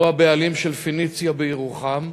הוא הבעלים של "פניציה" בירוחם.